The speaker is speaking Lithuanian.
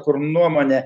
kur nuomonė